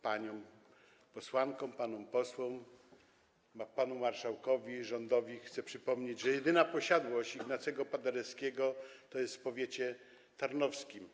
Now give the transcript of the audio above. Paniom posłankom, panom posłom, panu marszałkowi i rządowi chcę przypomnieć, że jedyna posiadłość Ignacego Paderewskiego jest w powiecie tarnowskim.